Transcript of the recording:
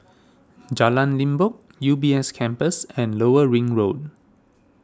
Jalan Limbok U B S Campus and Lower Ring Road